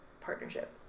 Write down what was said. partnership